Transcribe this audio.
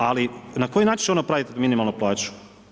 Ali na koji način će ono pratiti minimalnu plaću?